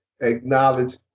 acknowledge